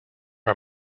are